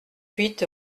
huit